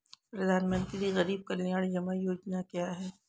प्रधानमंत्री गरीब कल्याण जमा योजना क्या है?